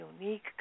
unique